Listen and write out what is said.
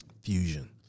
Fusion